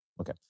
Okay